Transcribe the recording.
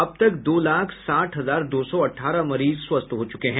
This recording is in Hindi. अब तक दो लाख साठ हजार दो सौ अठारह मरीज स्वस्थ हो चुके हैं